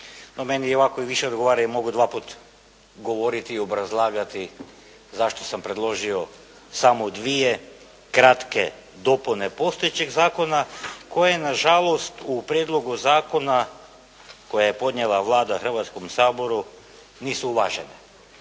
meni ovako više odgovara, jer mogu dva puta govoriti i obrazlagati zašto sam predložio samo dvije kratke dopune postojećeg zakona koje na žalost u prijedlogu zakona koji je podnijela Vlada Hrvatskom saboru, nisu uvažene.